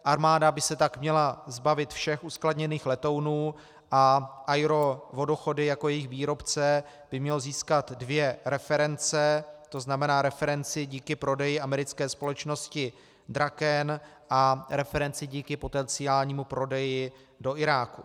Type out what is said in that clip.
Armáda by se tak měla zbavit všech uskladněných letounů a AERO Vodochody jako jejich výrobce by mělo získat dvě reference, to znamená referenci díky prodeji americké společnosti Draken a referenci díky potenciálnímu prodeji do Iráku.